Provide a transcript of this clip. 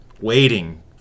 waiting